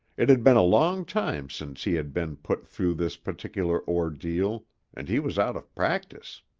it had been a long time since he had been put through this particular ordeal and he was out of practice.